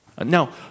Now